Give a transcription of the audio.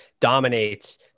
dominates